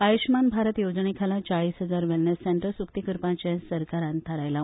आयुषमान भारत येवजणेखाला चाळीस हजार वेलनेस सेंटर्स उक्ती करपाचे सरकारान थारायला